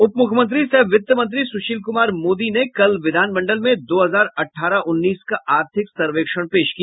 उपमुख्यमंत्री सह वित्त मंत्री सुशील कुमार मोदी ने विधान मंडल में दो हजार अठारह उन्नीस का आर्थिक सर्वेक्षण पेश किया